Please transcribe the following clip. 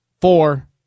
four